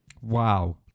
Wow